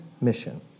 mission